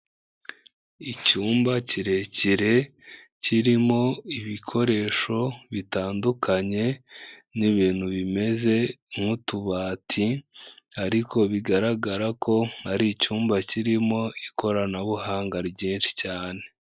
Icyumba kirekire, kirimo ibikoresho bitandukanye n'ibintu bimeze nk'utubati ariko bigaragara ko ari icyumba kirimo ikoranabuhanga ryinshi cyane.